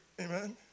Amen